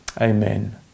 Amen